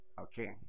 Okay